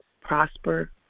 prosper